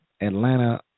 Atlanta